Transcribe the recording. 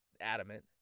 adamant